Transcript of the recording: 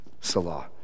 Salah